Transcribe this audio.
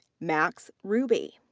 max ruby.